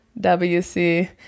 WC